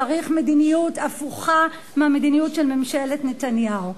צריך מדיניות הפוכה מהמדיניות של ממשלת נתניהו.